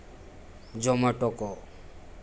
ज़ोमैटो को